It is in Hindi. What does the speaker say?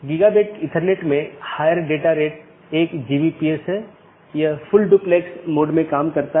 यह पूरे मेश की आवश्यकता को हटा देता है और प्रबंधन क्षमता को कम कर देता है